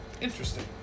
Interesting